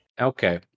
Okay